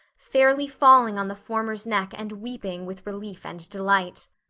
fairly falling on the former's neck and weeping with relief and delight,